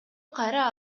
кайра